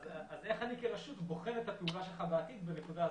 איך אני כרשות בוחן את התגובה שלך בעתיד בנקודה הזאת.